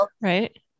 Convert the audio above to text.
right